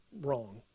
wrong